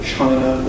China